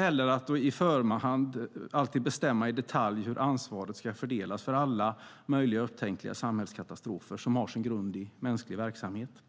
heller möjligt att i förhand alltid bestämma i detalj hur ansvaret ska fördelas för alla möjliga upptänkliga samhällskatastrofer som har sin grund i mänsklig verksamhet.